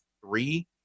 three